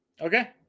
Okay